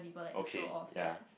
okay ya